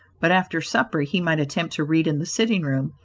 but after supper he might attempt to read in the sitting-room,